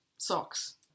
Socks